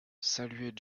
saluez